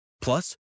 Plus